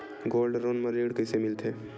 Gold loan म ऋण कइसे मिलथे?